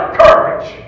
courage